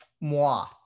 moi